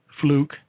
Fluke